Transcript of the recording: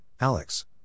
Alex